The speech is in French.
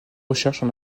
recherches